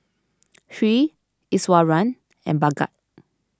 Hri Iswaran and Bhagat